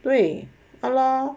对 ya lor